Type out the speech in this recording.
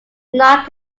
not